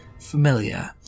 familiar